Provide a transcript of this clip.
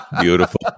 Beautiful